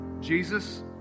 Jesus